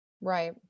right